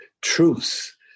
truths